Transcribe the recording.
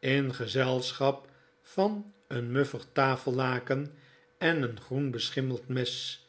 in gezelschap van een muftig tafellaken en een groen beschimmeld mes